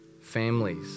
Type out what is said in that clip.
families